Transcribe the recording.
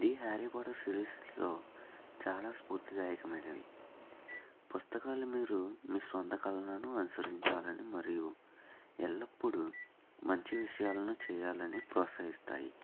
the Harry Potter సిరిస్లో చాలా స్ఫూర్తిదాయకమైనవి పుస్తకాలు మీరు మీ సొంత కలలను అనుసరించాలని మరియు ఎల్లప్పుడూ మంచి విషయాలను చేయాలని ప్రోత్సహిస్తాయి